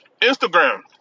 Instagram